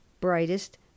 brightest